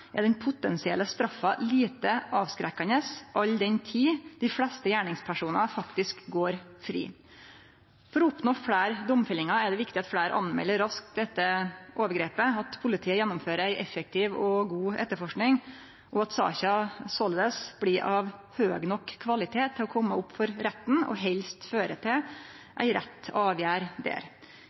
er den potensielle straffa lite avskrekkande all den tid dei fleste gjerningspersonane faktisk går fri. For å oppnå fleire domfellingar er det viktig at fleire melder raskt etter overgrepet, at politiet gjennomfører ei effektiv og god etterforsking, at saka såleis blir av høg nok kvalitet til å kome opp for retten og helst fører til ei rett avgjerd der.